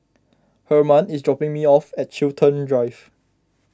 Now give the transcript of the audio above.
Herman is dropping me off at Chiltern Drive